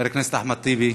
חבר הכנסת אחמד טיבי,